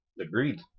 Agreed